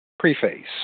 Preface